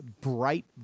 bright